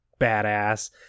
badass